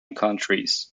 countries